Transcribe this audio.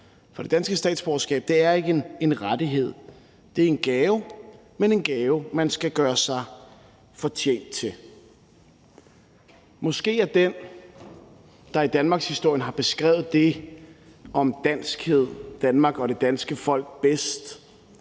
for det danske statsborgerskab er ikke en rettighed. Det er en gave, men en gave, man skal gøre sig fortjent til. Måske er den, der i danmarkshistorien har beskrevet det om danskhed, Danmark og det danske folk bedst,